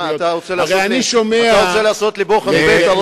אתה רוצה לעשות לי בוחן פתע?